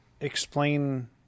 explain